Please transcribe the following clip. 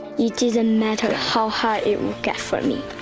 it didn't matter how hard it would get for me.